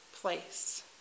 place